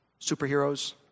superheroes